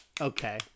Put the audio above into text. Okay